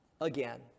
again